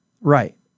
Right